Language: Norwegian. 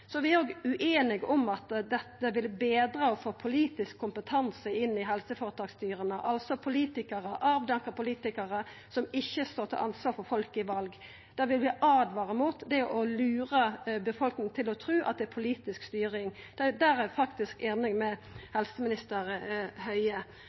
Så er vi òg ueinige om det ville vera betre å få politisk kompetanse inn i helseføretaksstyra, altså avdanka politikarar som ikkje står til ansvar for folket i val. Det vil vi åtvara mot. Det er å lura befolkninga til å tru at det er politisk styring. Der er eg faktisk einig med